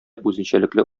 үзенчәлекле